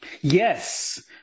yes